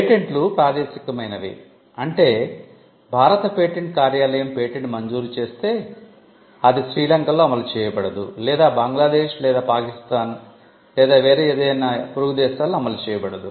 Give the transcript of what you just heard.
పేటెంట్లు ప్రాదేశికమైనవి అంటే భారత పేటెంట్ కార్యాలయం పేటెంట్ మంజూరు చేస్తే అది శ్రీలంకలో అమలు చేయబడదు లేదా బంగ్లాదేశ్ లేదా పాకిస్తాన్ లేదా వేరే ఏదైనా పొరుగు దేశాలలో అమలుచేయబడదు